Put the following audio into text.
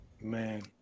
Man